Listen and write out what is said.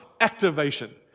Activation